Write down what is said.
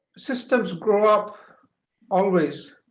systems grow up always